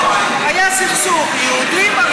יהודים,